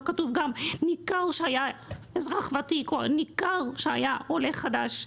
לא כתוב גם ניכר שהיה אזרח ותיק או ניכר שהיה עולה חדש.